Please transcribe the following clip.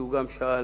כי הוא גם שאל,